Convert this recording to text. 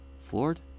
floored